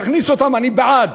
תכניס אותם, אני בעד.